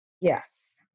Yes